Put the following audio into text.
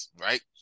Right